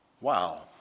Wow